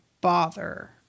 bother